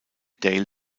dale